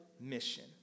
mission